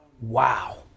Wow